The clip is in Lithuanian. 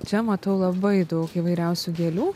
čia matau labai daug įvairiausių gėlių